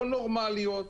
לא נורמליות,